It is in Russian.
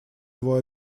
его